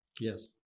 yes